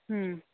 ꯎꯝ